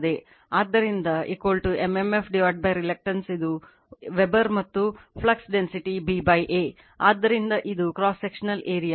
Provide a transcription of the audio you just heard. ಆದ್ದರಿಂದ m m f reluctance ಇದು weber ಮತ್ತು ಫ್ಲಕ್ಸ್ density 9 10 ಪವರ್ 4 ಚದರ ಮೀಟರ್